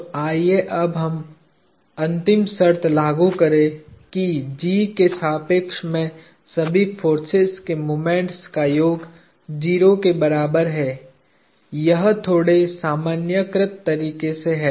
तो आइए अब अंतिम शर्त लागू करें कि G के सापेक्ष में सभी फोर्सेज के मोमेंट्स का योग 0 के बराबर है यह थोड़े सामान्यीकृत तरीके से है